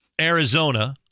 Arizona